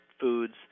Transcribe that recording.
foods